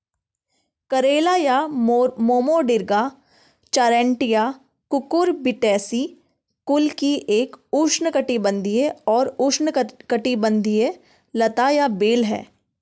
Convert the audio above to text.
करेला या मोमोर्डिका चारैन्टिया कुकुरबिटेसी कुल की एक उष्णकटिबंधीय और उपोष्णकटिबंधीय लता या बेल है